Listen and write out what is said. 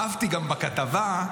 אהבתי, גם בכתבה,